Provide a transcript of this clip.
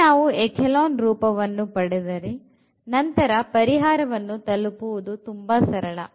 ಒಮ್ಮೆ ನಾವು echelon ರೂಪವನ್ನು ಪಡೆದರೆ ನಂತರ ಪರಿಹಾರವನ್ನು ತಲುಪುವುದು ತುಂಬಾ ಸರಳ